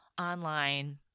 online